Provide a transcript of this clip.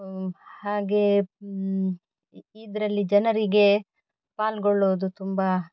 ಹಾಗೆ ಇದರಲ್ಲಿ ಜನರಿಗೆ ಪಾಲ್ಗೊಳ್ಳೋದು ತುಂಬ